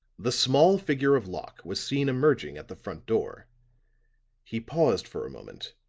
the small figure of locke was seen emerging at the front door he paused for a moment,